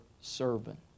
servant